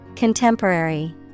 Contemporary